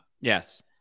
Yes